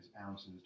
ounces